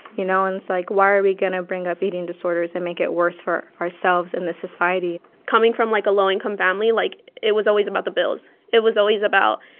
you know? and it's like, why are we going to bring up eating disorders and make it worse for ourselves and the society? coming from, like, a low-income family, like, it was always about the bills. it was always about,